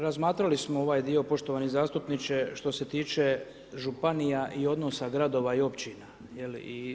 Razmatrali smo ovaj dio poštovani zastupniče što se tiče županija i odnosa županija i općina.